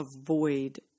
avoid